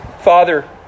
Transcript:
Father